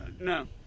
No